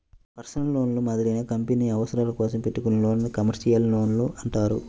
personal లోన్లు మాదిరిగానే కంపెనీల అవసరాల కోసం పెట్టుకునే లోన్లను కమర్షియల్ లోన్లు అంటారు